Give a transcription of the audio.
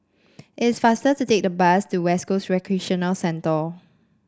it is faster to take the bus to West Coast Recreation Centre